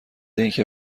اینکه